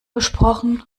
besprochen